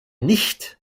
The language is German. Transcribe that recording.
nicht